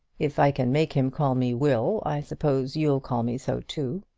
if i can make him call me will, i suppose you'll call me so too.